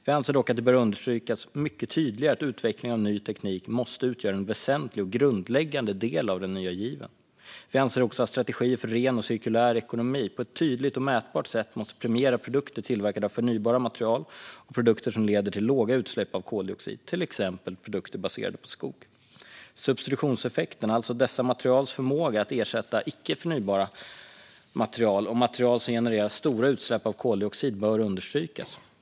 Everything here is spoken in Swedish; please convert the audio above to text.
Vi anser dock att det bör understrykas mycket tydligare att utveckling av ny teknik måste utgöra en väsentlig och grundläggande del av den nya given. Vi anser också att strategier för ren och cirkulär ekonomi på ett tydligt och mätbart sätt måste premiera produkter tillverkade av förnybara material och produkter som leder till låga utsläpp av koldioxid, till exempel produkter baserade på skog. Substitutionseffekten, alltså dessa materials förmåga att ersätta icke förnybara material och material som genererar stora utsläpp av koldioxid, bör understrykas.